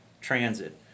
transit